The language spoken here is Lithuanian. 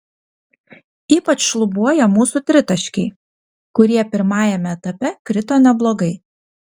ypač šlubuoja mūsų tritaškiai kurie pirmajame etape krito neblogai